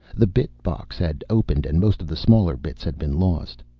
the bit box had opened, and most of the smaller bits had been lost.